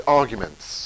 arguments